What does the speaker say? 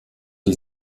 die